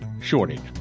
shortage